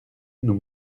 nous